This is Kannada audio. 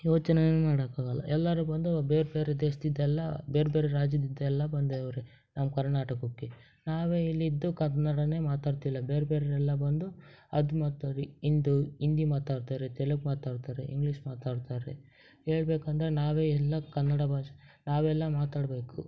ಯೋಚನೇನೆ ಮಾಡೋಕ್ಕಾಗಲ್ಲ ಎಲ್ಲರೂ ಬಂದು ಬೇರೆ ಬೇರೆ ದೇಶ್ದಿಂದೆಲ್ಲ ಬೇರೆ ಬೇರೆ ರಾಜ್ಯದಿಂದೆಲ್ಲ ಬಂದವ್ರೆ ನಮ್ಮ ಕರ್ನಾಟಕಕ್ಕೆ ನಾವೇ ಇಲ್ಲಿದ್ದು ಕನ್ನಡನೇ ಮಾತಾಡ್ತಿಲ್ಲ ಬೇರೆ ಬೇರೆಲ್ಲ ಬಂದು ಅದು ಮಾಡ್ತಾರೆ ಹಿಂದು ಹಿಂದಿ ಮಾತಾಡ್ತಾರೆ ತೆಲುಗು ಮಾತಾಡ್ತವ್ರೆ ಇಂಗ್ಲೀಷ್ ಮಾತಾಡ್ತವ್ರೆ ಹೇಳ್ಬೇಕಂದ್ರೆ ನಾವೇ ಎಲ್ಲ ಕನ್ನಡ ಭಾಷೆ ನಾವೆಲ್ಲ ಮಾತಾಡಬೇಕು